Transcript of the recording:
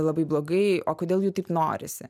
labai blogai o kodėl jų taip norisi